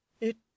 It